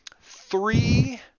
three